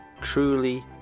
truly